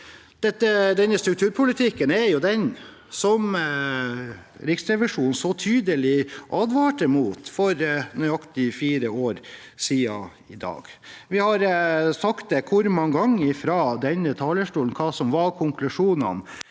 Denne strukturpolitikken er den Riksrevisjonen så tydelig advarte mot for nøyaktig fire år siden i dag. Hvor mange ganger har vi sagt fra denne talerstolen hva som var konklusjonene?